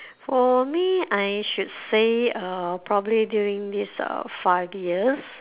for me I should say uh probably during these uh five years